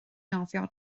nofio